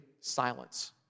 silence